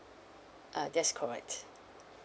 uh that's correct